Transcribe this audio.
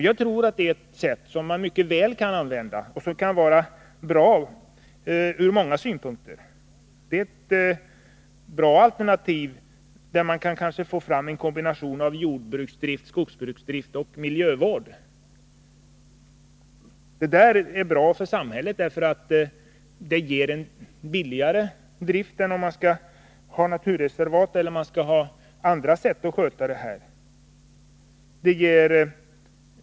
Jag tror att det är ett sätt som mycket väl kan användas och som kan vara bra ur många synpunkter. Det är fråga om goda alternativ som kan leda till att man får fram kombinationer av jordbruksdrift, skogsbruksdrift och miljövård. Det är bra för samhället, därför att det kan leda till en billigare drift än genom naturreservat eller andra sätt att få upprensningar och röjningar gjorda.